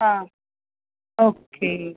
आं ओके